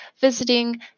visiting